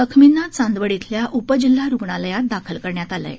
जखमींना चांदवड ब्रिल्या उपजिल्हा रुग्णालयात दाखल करण्यात आलं आहे